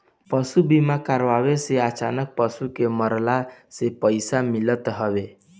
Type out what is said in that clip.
पशु बीमा कराए से अचानक पशु के मरला से पईसा मिलत हवे